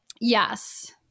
Yes